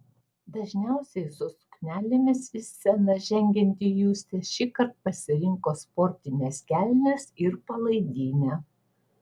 dažniausiai su suknelėmis į sceną žengianti justė šįkart pasirinko sportines kelnes ir palaidinę